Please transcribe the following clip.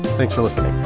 thanks for listening